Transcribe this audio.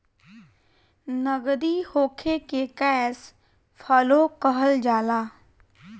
नगदी होखे के कैश फ्लो कहल जाला